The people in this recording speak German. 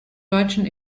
deutschen